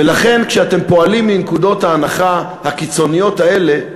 ולכן, כשאתם פועלים מנקודות ההנחה הקיצוניות האלה,